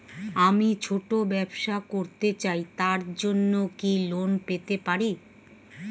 আমি ছোট ব্যবসা করতে চাই তার জন্য কি লোন পেতে পারি?